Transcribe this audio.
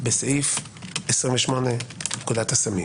בסעיף 28 לפקודת הסמים